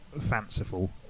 fanciful